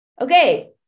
Okay